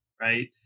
Right